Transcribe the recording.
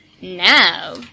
Now